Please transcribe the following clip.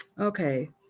Okay